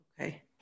Okay